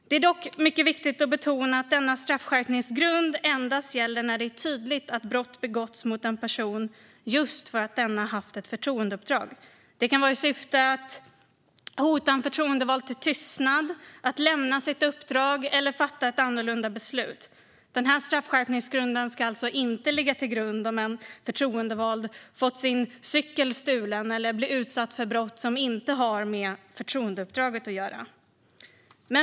Det är dock mycket viktigt att betona att denna straffskärpningsgrund endast gäller när det är tydligt att brott har begåtts mot en person just för att denna har haft ett förtroendeuppdrag. Det kan vara att hota en förtroendevald till tystnad, till att lämna sitt uppdrag eller till att fatta ett annorlunda beslut. Straffskärpningsgrunden ska alltså inte ligga till grund om en förtroendevald fått sin cykel stulen eller blir utsatt för brott som inte har med förtroendeuppdraget att göra.